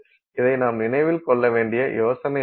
இதை நாம் நினைவில் கொள்ள வேண்டிய யோசனையாகும்